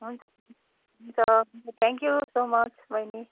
हुन्छ हुन्छ thank you so much बैनी